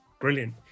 Brilliant